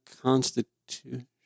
Constitution